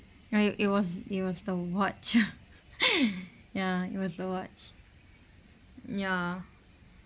ya it was it was the watch ya it was the watch ya